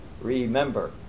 Remember